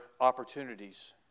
opportunities